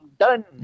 Done